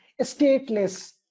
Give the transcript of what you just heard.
stateless